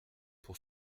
pour